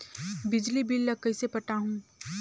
बिजली बिल ल कइसे पटाहूं?